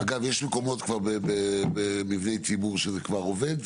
אגב, יש מקומות במבני ציבור שזה כבר עובד?